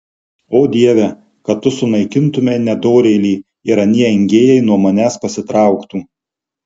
o dieve kad tu sunaikintumei nedorėlį ir anie engėjai nuo manęs pasitrauktų